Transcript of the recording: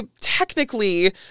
technically